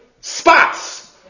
spots